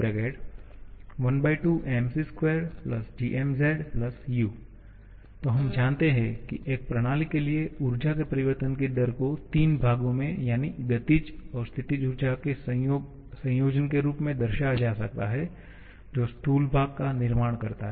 𝑑𝐸 d12 𝑚𝑐2𝑔𝑚𝑧 𝑈 तो हम जानते हैं कि एक प्रणाली के लिए ऊर्जा के परिवर्तन की दर को तीन भागों में यानि गतिज और स्थितिज ऊर्जाओं के संयोजन के रूप में दर्शाया जा सकता है जो स्थूल भाग का निर्माण करते हैं